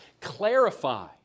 clarify